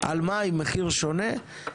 על מים מחיר שונה?